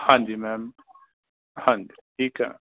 ਹਾਂਜੀ ਮੈਮ ਹਾਂਜੀ ਠੀਕ ਹੈ